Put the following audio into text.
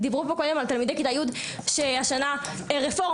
דיברו פה קודם על תלמידי כיתה י' שהשנה: רפורמה,